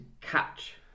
catch